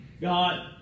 God